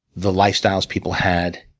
the lifestyles people had.